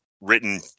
written